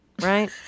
right